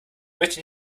möchte